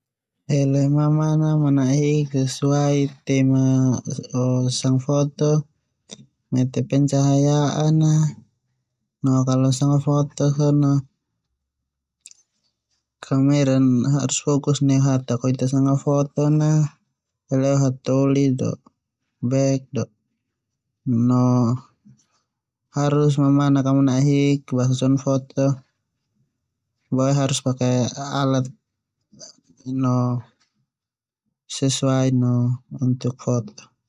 Hele mamanak manahaik sesuai tema a sanga foto, ngerti pencahayaan a, kamera harus fokus neu subjek sama foto na, subjek a harus mana'ahik, basa harus pake alat yang sesuai no untuk foto.